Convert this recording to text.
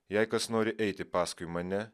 jei kas nori eiti paskui mane